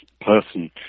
person